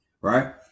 Right